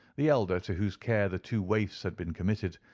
the elder to whose care the two waifs had been committed,